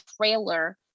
trailer